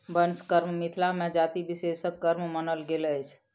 बंस कर्म मिथिला मे जाति विशेषक कर्म मानल गेल अछि